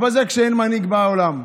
אבל זה כשאין מנהיג בעולם.